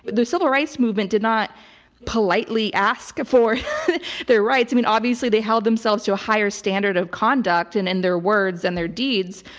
the civil rights movement did not politely ask for their rights. i mean obviously they held themselves to a higher standard of conduct in and their words and in their deeds,